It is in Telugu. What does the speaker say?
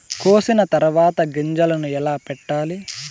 కోసిన తర్వాత గింజలను ఎలా పెట్టాలి